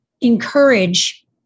encourage